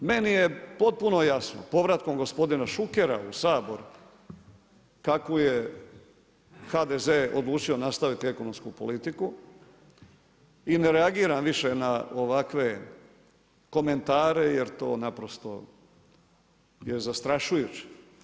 Meni je potpuno jasno povratkom gospodina Šukera u Sabor kakvu je HDZ odlučio nastaviti ekonomsku politiku i ne reagiram više na ovakve komentare jer to naprosto je zastrašujuće.